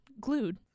glued